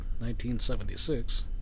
1976